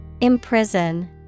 Imprison